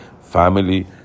family